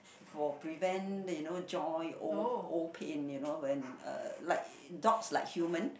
for prevent that you know joint old old pain you know when uh like dogs like human